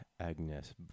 Agnes